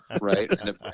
right